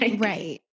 right